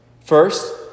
First